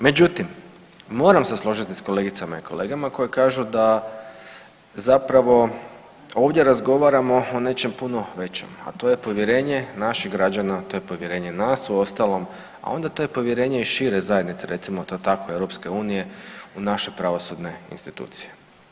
Međutim, moramo se složiti s kolegicama i kolegama koji kažu da zapravo ovdje razgovaramo o nečem punom većem, a to je povjerenje naših građana, to je povjerenje nas uostalom, a onda to je povjerenje i šire zajednice recimo to tako EU u naše pravosudne institucije.